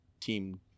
team